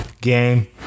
game